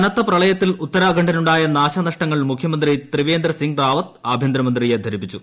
കനത്ത പ്രളയത്തിൽ ഉത്തരാഖണ്ഡിനുണ്ടായ നാശനഷ്ടങ്ങൾ മുഖ്യമന്ത്രി ത്രിവേന്ദ്ര സിങ് റാവത്ത് ആഭ്യന്തരമന്ത്രിയെ ധരിപ്പിച്ചു